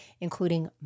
including